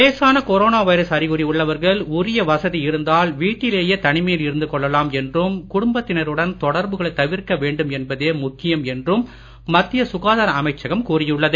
லேசானா corona virus அறிகுறி உள்ளவர்கள் உரிய வசதி இருந்தால் வீட்டிலேயே தனிமையில் இருந்து கொள்ளலாம் என்றும் குடும்பத்தினருடன் தொடர்புகளை தவிர்க்க வேண்டும் என்பதே முக்கியம் என்றும் மத்திய சுகாதார அமைச்சகம் கூறியுள்ளது